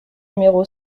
numéro